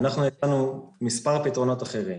ואנחנו הבאנו מספר פתרונות אחרים.